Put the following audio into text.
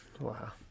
Wow